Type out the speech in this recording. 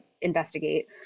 investigate